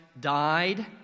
died